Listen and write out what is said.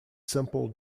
simple